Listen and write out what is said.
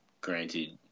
Granted